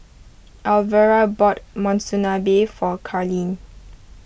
Alvera bought Monsunabe for Carlene